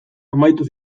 amaitu